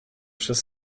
przez